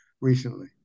recently